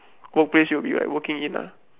workplace you will be like working in ah